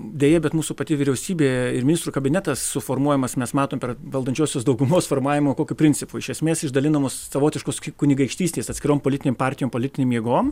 deja bet mūsų pati vyriausybė ir ministrų kabinetas suformuojamas mes matom per valdančiosios daugumos formavimo kokiu principu iš esmės išdalinamos savotiškos kai kunigaikštystės atskirom politinėm partijom politinėm jėgom